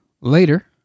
Later